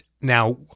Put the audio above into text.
now